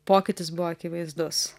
pokytis buvo akivaizdus